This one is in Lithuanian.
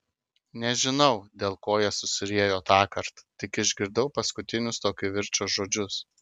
nežinau dėl ko jie susiriejo tąkart tik išgirdau paskutinius to kivirčo žodžius